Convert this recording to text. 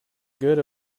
good